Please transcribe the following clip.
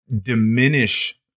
Diminish